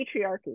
patriarchy